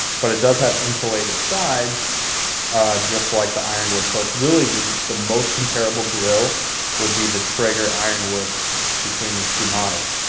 but it does have insulated sides just like the ironwood. so it's really the the most comparable grill would be the traeger ironwood between these two models.